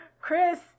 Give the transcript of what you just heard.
Chris